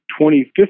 2015